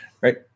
right